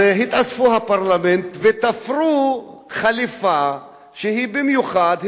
התאספו הפרלמנט ותפרו חליפה שהיא במיוחד,